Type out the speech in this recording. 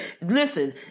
listen